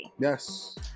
Yes